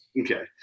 Okay